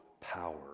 power